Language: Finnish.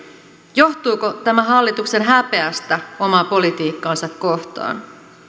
johtuuko tämä hallituksen häpeästä omaa politiikkaansa kohtaan